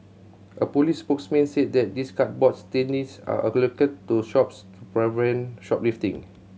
a police spokesman said these cardboard standees are allocated to shops to prevent shoplifting